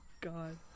god